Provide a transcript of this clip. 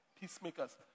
Peacemakers